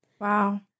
Wow